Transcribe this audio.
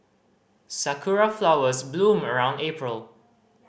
sakura flowers bloom around April